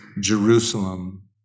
Jerusalem